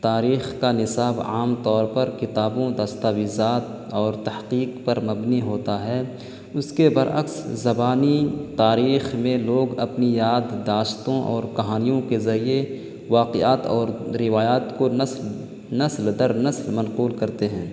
تاریخ کا نصاب عام طور پر کتابوں دستاویزات اور تحقیق پر مبنی ہوتا ہے اس کے برعکس زبانی تاریخ میں لوگ اپنی یاد داشتوں اور کہانیوں کے ذریعے واقعات اور روایات کو نسل نسل در نسل منقول کرتے ہیں